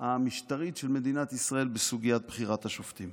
המשטרית של מדינת ישראל בסוגיית בחירת השופטים.